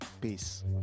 peace